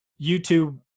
YouTube